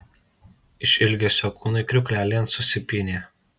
iš ilgesio kūnai kriauklelėn susipynė